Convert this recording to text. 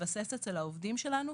עדיין לא הבנתי.